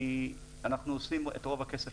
אנחנו עושים את רוב הכסף